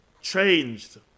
changed